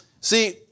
See